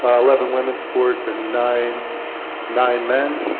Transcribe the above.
ah eleven women sports and nine nine men.